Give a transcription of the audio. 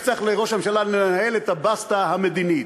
צריך ראש הממשלה לנהל את הבסטה המדינית.